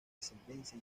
ascendencia